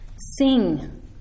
sing